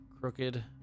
crooked